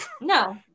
No